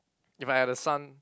if I had a son